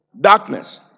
Darkness